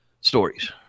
stories